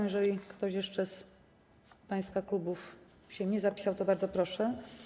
Jeżeli ktoś jeszcze z państwa klubów się nie zapisał, to bardzo proszę.